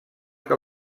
que